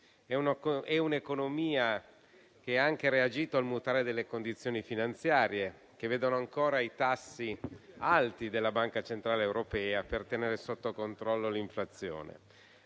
È una economia che ha anche reagito al mutare delle condizioni finanziarie, che vedono ancora i tassi della Banca centrale europea alti, per tenere sotto controllo l'inflazione.